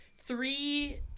three